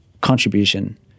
contribution